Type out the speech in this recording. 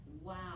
Wow